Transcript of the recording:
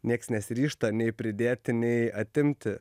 nieks nesiryžta nei pridėti nei atimti